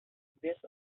this